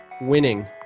winning